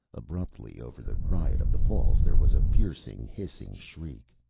abruptly, over the riot of the falls, there was a piercing, hissing shriek.